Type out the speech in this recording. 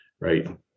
right